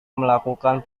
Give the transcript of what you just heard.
melakukan